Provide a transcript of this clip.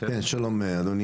שלום אדוני.